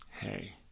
Hey